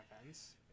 events